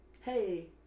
Hey